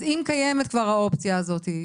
אז אם קיימת כבר האופציה הזאת,